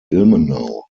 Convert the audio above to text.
ilmenau